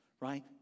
Right